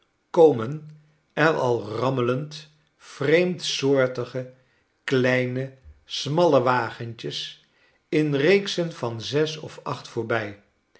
komen er al rammelend vreemdsoortige kleine smalle wagentjes in reeksen van zes of acht voorbij